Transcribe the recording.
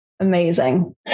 amazing